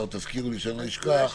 לא חתן ולא כלה.